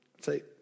say